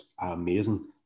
amazing